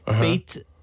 beat